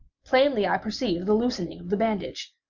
plainly i perceived the loosening of the bandage.